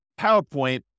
PowerPoint